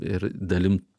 ir dalim